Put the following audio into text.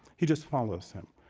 he just follows him.